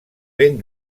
ben